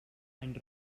any